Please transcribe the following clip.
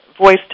voice